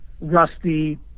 Rusty